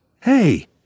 Hey